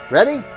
Ready